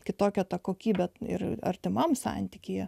kitokia ta kokybė ir artimam santykyje